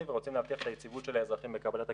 ורוצים להבטיח את היציבות של האזרחים בקבלת הקצבאות,